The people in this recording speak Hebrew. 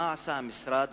מה עשה המשרד,